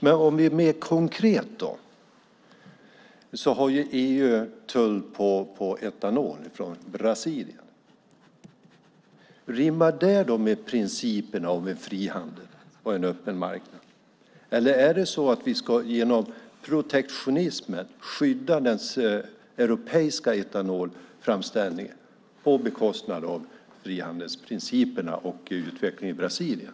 Men mer konkret har EU tull på etanol från Brasilien. Rimmar det med principerna om en frihandel och en öppen marknad, eller ska vi genom protektionism skydda den europeiska etanolframställningen på bekostnad av frihandelsprinciperna och utvecklingen i Brasilien?